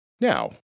Now